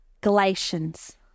Galatians